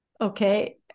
Okay